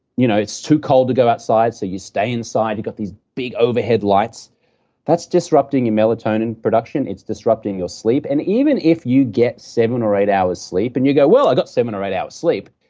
you know it's too cold to go outside so you stay inside, you've got these big overhead lights that's disrupting your melatonin production, it's disrupting your sleep, and even if you get seven or eight hours sleep and you go, well, i got seven or eight hours sleep,